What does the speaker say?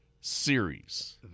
series